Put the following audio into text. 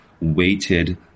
weighted